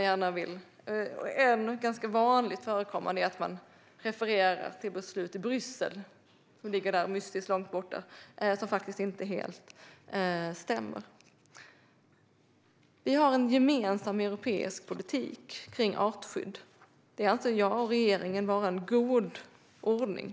Ganska vanligt förekommande är också att man refererar till beslut i Bryssel - som ligger mystiskt långt där borta - som faktiskt inte helt stämmer. Vi har en gemensam europeisk politik när det gäller artskydd. Det anser jag och regeringen vara en god ordning.